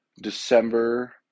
December